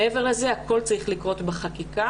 מעבר לזה, הכול צריך לקרות בחקיקה.